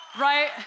Right